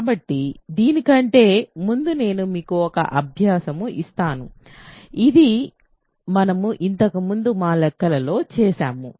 కాబట్టి దీనికంటే ముందు నేను మీకు ఒక అభ్యాసము ఇస్తాను ఇది మనము ఇంతకు ముందు మా లెక్కలలో చేసాము